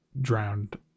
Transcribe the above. drowned